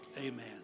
amen